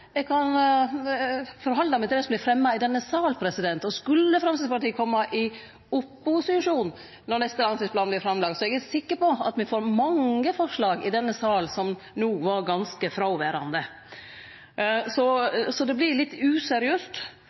eg kan ta stilling til det som vert fremja i denne salen. Skulle Framstegspartiet kome i opposisjon når neste langtidsplan vert lagd fram, er eg sikker på at me får mange forslag som no var ganske fråverande. Det vert litt useriøst